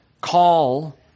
call